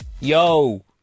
Yo